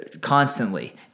constantly